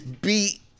beat